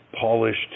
polished